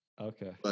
okay